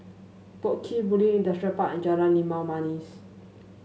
Boat Quay Bulim Industrial Park and Jalan Limau Manis